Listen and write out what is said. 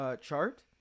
chart